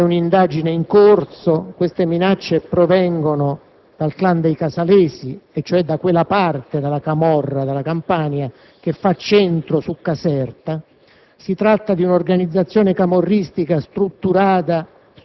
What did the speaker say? ad un magistrato della Direzione distrettuale antimafia. Vi è un'indagine in corso: tali minacce provengono dal *clan* dei Casalesi, e cioè da quella parte della camorra della Campania che fa centro su Caserta.